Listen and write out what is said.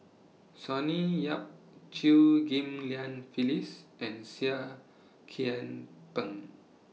Sonny Yap Chew Ghim Lian Phyllis and Seah Kian Peng